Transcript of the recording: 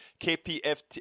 kpft